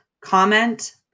comment